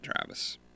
Travis